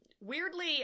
weirdly